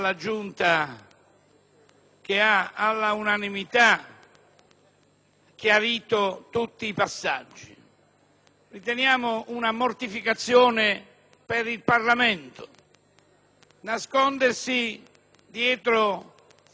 che ha chiarito tutti i passaggi. Riteniamo una mortificazione per il Parlamento nascondere dietro